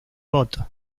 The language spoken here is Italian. botto